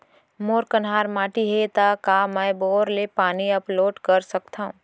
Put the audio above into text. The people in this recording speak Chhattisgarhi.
मोर कन्हार माटी हे, त का मैं बोर ले पानी अपलोड सकथव?